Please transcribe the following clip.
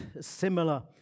similar